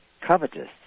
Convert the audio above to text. covetous